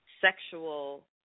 sexual